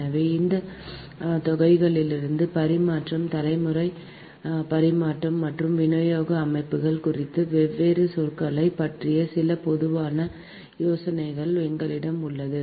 எனவே இந்தத் தொகைகளிலிருந்து பரிமாற்றம் தலைமுறை பரிமாற்றம் மற்றும் விநியோக அமைப்புகள் குறித்து வெவ்வேறு சொற்களைப் பற்றிய சில பொதுவான யோசனைகள் எங்களிடம் உள்ளன